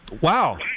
Wow